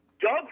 Doug